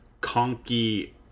conky